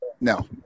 no